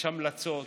יש המלצות,